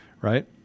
right